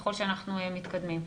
ככל שאנחנו מתקדמים.